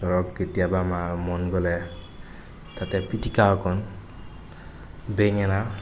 ধৰক কেতিয়াবা আমাৰ মন গ'লে তাতে পিটিকা অকণমান বেঙেনা